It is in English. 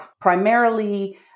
primarily